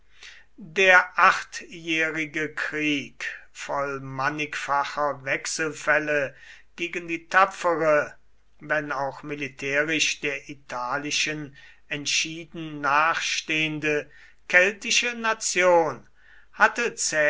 der achtjährige krieg voll mannigfacher wechselfälle gegen die tapfere wenn auch militärisch der italischen entschieden nachstehende keltische nation hatte